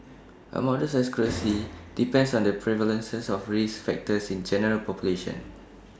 A model's accuracy depends on the prevalence of risk factors in the general population